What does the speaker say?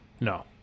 No